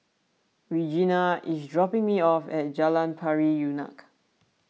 Regina is dropping me off at Jalan Pari Unak